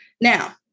Now